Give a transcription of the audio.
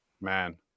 man